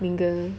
mingle